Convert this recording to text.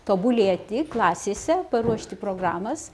tobulėti klasėse paruošti programas